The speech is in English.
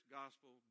gospel